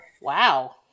Wow